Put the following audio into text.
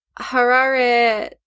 Harare